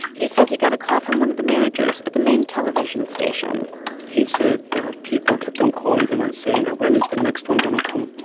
he says he got a call from one of the managers at the main television station he said that people kept on calling them and saying that, when is the next one going to come?